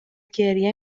گریه